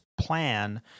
plan